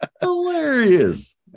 hilarious